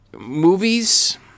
movies